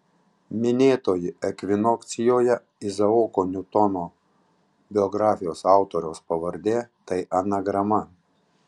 minėtoji ekvinokcijoje izaoko niutono biografijos autoriaus pavardė tai anagrama